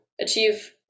achieve